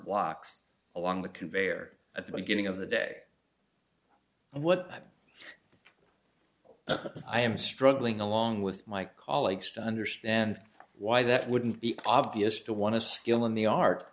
blocks along the conveyor at the beginning of the day and what i am struggling along with my colleagues to understand why that wouldn't be obvious to one of skill in the art